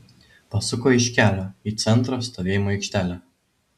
pasuko iš kelio į centro stovėjimo aikštelę